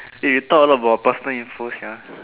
eh you talk a lot about personal info sia